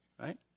right